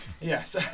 Yes